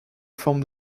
forme